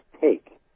take